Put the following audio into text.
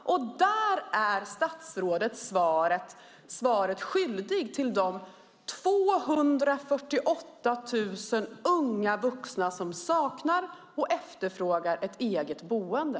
Statsrådet är svaret skyldig till de 248 000 unga vuxna som saknar och efterfrågar ett eget boende.